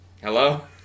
Hello